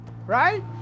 right